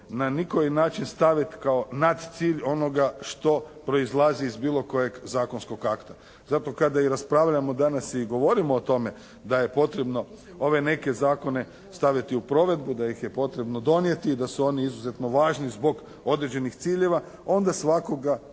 na nikoji način staviti nad cilj onoga što proizlazi iz bilo kojeg zakonskog akta. Zato kada i raspravljamo danas i govorimo o tome da je potrebno ove neke zakone staviti u provedbu, da ih je potrebno donijeti i da su oni izuzetno važni zbog određenih ciljeva, onda svakoga